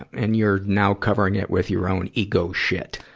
and you're now covering it with your own eco-shit.